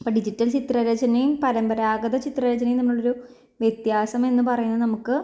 അപ്പ ഡിജിറ്റല് ചിത്രരചനയും പരമ്പരാഗത ചിത്രരചനയും തമ്മിലുള്ളൊരു വ്യത്യാസം എന്ന് പറയുന്നത് നമുക്ക്